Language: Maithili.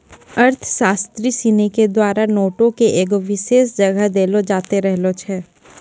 अर्थशास्त्री सिनी के द्वारा नोटो के एगो विशेष जगह देलो जैते रहलो छै